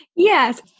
Yes